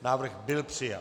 Návrh byl přijat.